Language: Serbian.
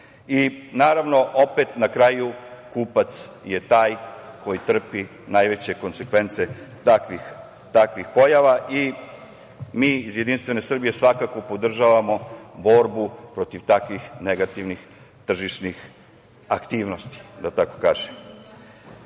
Naravno, opet na kraju kupac je taj koji trpi najveće konsekvence takvih pojava. Mi iz Jedinstvene Srbije svakako podržavamo borbu protiv takvih negativnih tržišnih aktivnosti, da tako kažem. Ono